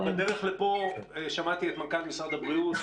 בדרך לפה שמעתי את מנכ"ל משרד הבריאות